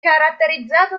caratterizzato